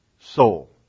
soul